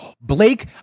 Blake